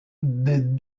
des